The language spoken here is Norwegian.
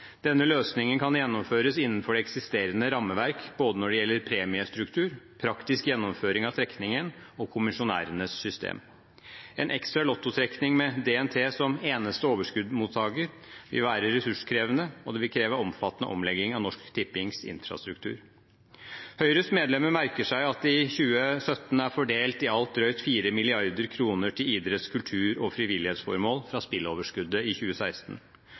Denne løsningen kan gjennomføres innenfor det eksisterende rammeverket når det gjelder både premiestruktur, praktisk gjennomføring av trekningen og kommisjonærenes system. En ekstra lottotrekning med DNT som eneste overskuddsmottaker vil være ressurskrevende, og det vil kreve omfattende omlegging av Norsk Tippings infrastruktur. Høyres medlemmer merker seg at det i 2017 er fordelt i alt drøyt 4 mrd. kr til idretts-, kultur- og frivillighetsformål fra spilleoverskuddet i 2016.